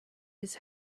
his